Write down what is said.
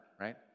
right